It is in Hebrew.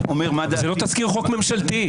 זה לא תזכיר חוק ממשלתי.